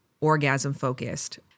orgasm-focused